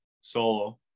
solo